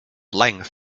length